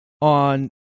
on